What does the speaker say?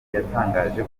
yatangaje